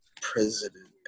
president